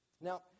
Now